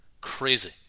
crazy